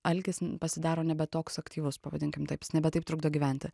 alkis pasidaro nebe toks aktyvus pavadinkim taip jis nebe taip trukdo gyventi